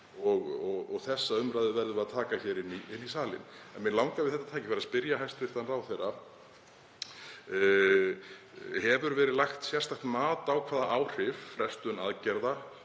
og þessa umræðu verðum við að taka inn í salinn. Mig langar við þetta tækifæri að spyrja hæstv. ráðherra: Hefur verið lagt sérstakt mat á hvaða áhrif frestun aðgerða